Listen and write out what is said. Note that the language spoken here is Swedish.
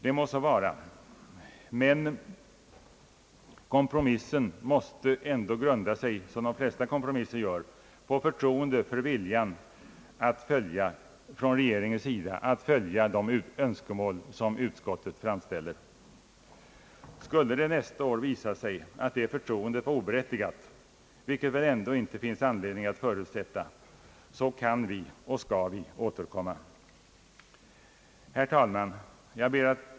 Det må så vara — kompromissen måste ändock liksom så mycket annat i den politiska verksamheten — grunda sig på förtroende för vil jan hos regeringen att följa de önskemål som utskottet framställer. Skulle det nästa år visa sig att detta förtroende varit oberättigat, vilket det väl ändå inte finns anledning att förutsätta, kan och skall vi återkomma. Herr talman!